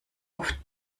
oft